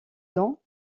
dont